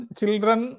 children